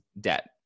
debt